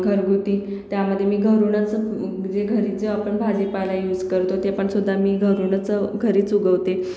घरगुती त्यामधे मी घरूनच म्हणजे घरीच जो भाजीपाला आपण युज करतो तेपण सुद्धा मी घरूनच घरीच उगवते